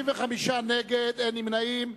65 נגד, אין נמנעים.